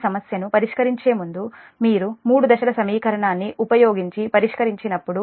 ఈ సమస్యను పరిష్కరించే ముందు మీరు మూడు దశలకు సమీకరణాన్ని ఉపయోగించి పరిష్కరించినప్పుడు